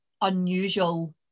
unusual